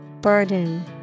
Burden